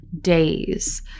days